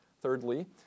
thirdly